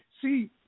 See